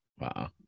Wow